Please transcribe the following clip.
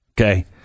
Okay